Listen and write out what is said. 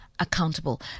Accountable